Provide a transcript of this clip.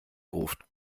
ruft